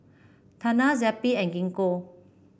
Tena Zappy and Gingko